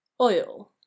Oil